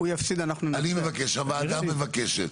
הוועדה מבקשת